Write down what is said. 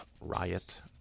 Riot